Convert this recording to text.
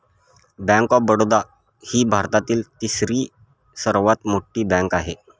bank of Baroda ही भारतातील तिसरी सर्वात मोठी बँक आहे